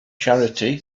charity